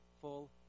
full